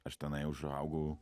aš tenai užaugau